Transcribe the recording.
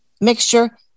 mixture